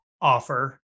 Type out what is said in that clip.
offer